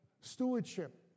stewardship